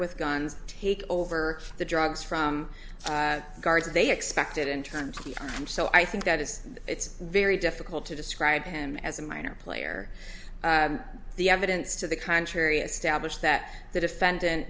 with guns take over the drugs from guards they expected in time so i think that is it's very difficult to describe him as a minor player the evidence to the contrary established that the defendant